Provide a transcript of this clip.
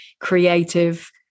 creative